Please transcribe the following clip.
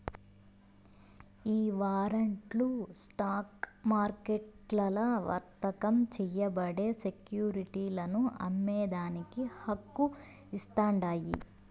ఈ వారంట్లు స్టాక్ మార్కెట్లల్ల వర్తకం చేయబడే సెక్యురిటీలను అమ్మేదానికి హక్కు ఇస్తాండాయి